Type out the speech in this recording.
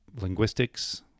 linguistics